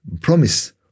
promise